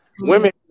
women